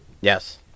yes